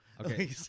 Okay